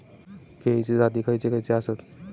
केळीचे जाती खयचे खयचे आसत?